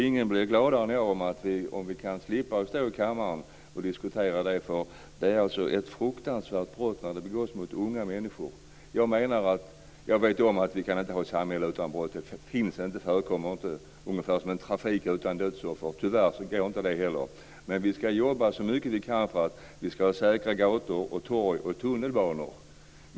Ingen blir gladare än jag om vi kan slippa att stå i kammaren och diskutera det, för det är ett fruktansvärt brott när det begås mot unga människor. Jag vet att vi inte kan ha ett samhälle utan brott. Det förekommer inte, ungefär som att trafik utan dödsoffer tyvärr inte heller förekommer. Men vi ska jobba så mycket vi kan för att vi ska ha säkra gator, torg och tunnelbanor.